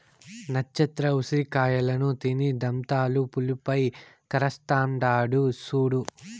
నచ్చత్ర ఉసిరి కాయలను తిని దంతాలు పులుపై కరస్తాండాడు సూడు